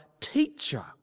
teacher